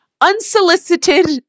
unsolicited